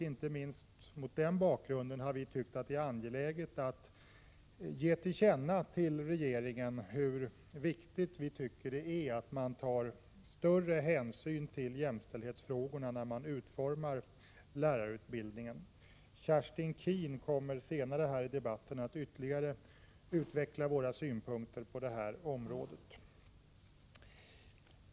Inte minst mot den bakgrunden har vi ansett att det är angeläget att ge regeringen till känna att vi finner det mycket angeläget att ta större hänsyn till jämställdhetsaspekterna vid utformningen av läroplanen än man hittills har gjort. Kerstin Keen kommer senare i debatten att ytterligare utveckla våra synpunkter på detta område.